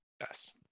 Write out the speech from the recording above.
Yes